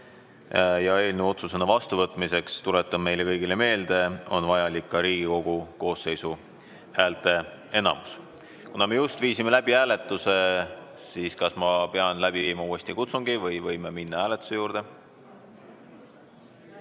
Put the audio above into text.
Eelnõu otsusena vastuvõtmiseks, tuletan meile kõigile meelde, on vajalik Riigikogu koosseisu häälteenamus. Kuna me just viisime läbi hääletuse, siis kas ma pean tegema uuesti kutsungi või võime minna hääletuse juurde?